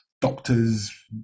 doctors